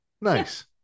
nice